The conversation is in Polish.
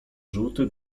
żółty